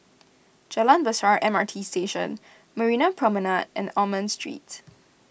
Jalan Besar M R T Station Marina Promenade and Almond Street